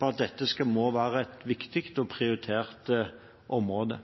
på at dette må være et viktig og prioritert område.